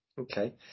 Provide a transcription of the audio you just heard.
Okay